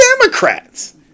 Democrats